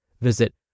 Visit